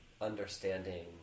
understanding